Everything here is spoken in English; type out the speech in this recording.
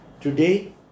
Today